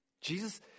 Jesus